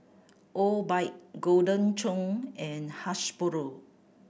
Obike Golden Churn and Hasbro